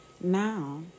Now